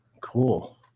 Cool